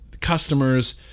customers